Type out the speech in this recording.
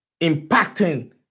impacting